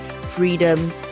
freedom